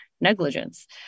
negligence